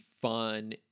fun